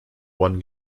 one